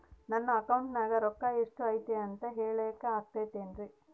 ನನ್ನ ಅಕೌಂಟಿನ್ಯಾಗ ರೊಕ್ಕ ಎಷ್ಟು ಐತಿ ಅಂತ ಹೇಳಕ ಆಗುತ್ತೆನ್ರಿ?